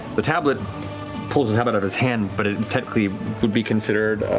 the tablet pulls it um out of his hand, but it and technically would be considered